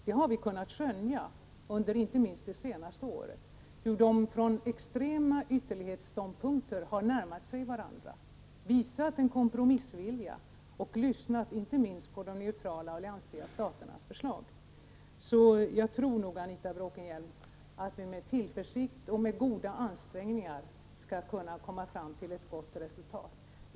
Vi har kunnat skönja, inte minst under det senaste året, hur man från extrema ytterlighetsståndpunkter har närmat sig varandra, visat en kompromissvilja och lyssnat, inte minst till de neutrala och alliansfria staternas förslag. Jag tror nog, Anita Bråkenhielm, att vi med tillförsikt och med goda ansträngningar skall kunna komma fram till ett gott resultat.